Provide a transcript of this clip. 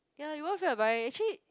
ya you won't feel like buying actually